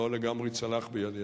ולא לגמרי צלח בידי.